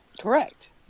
correct